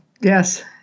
yes